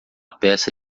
peça